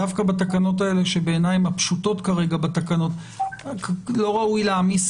דווקא בתקנות האלה שבעיניי הן הפשוטות כרגע בתקנות לא ראוי להעמיס,